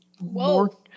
Whoa